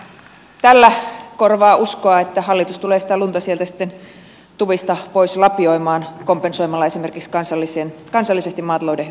en jaksa oikein tällä korvaa uskoa että hallitus tulee sitä lunta sitten tuvista pois lapioimaan kompensoimalla esimerkiksi kansallisesti maatalouden yrittäjätulon alenemista